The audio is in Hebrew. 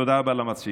תודה רבה למציעים.